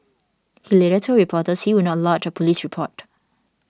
he later told reporters he would not lodge a police report